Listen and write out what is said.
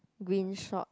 green short